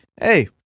hey